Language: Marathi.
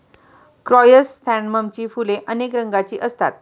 क्रायसॅन्थेममची फुले अनेक रंगांची असतात